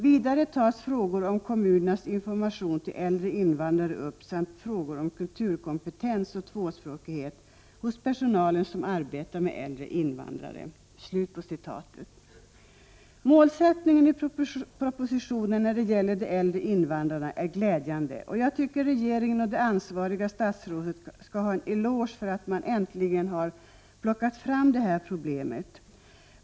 Vidare tas frågor om kommunernas information till äldre invandrare upp samt frågor om kulturkompetens och tvåspråkighet hos personalen som arbetar med äldre invandrare.” Målsättningarna i propositionen när det gäller de äldre invandrarna är glädjande. Regeringen och det ansvariga statsrådet skall ha en eloge för att de äntligen har plockat fram detta problem.